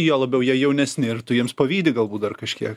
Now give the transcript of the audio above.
juo labiau jie jaunesni ir tu jiems pavydi galbūt dar kažkiek